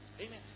amen